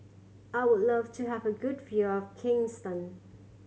I would love to have a good view of Kingston